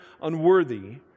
unworthy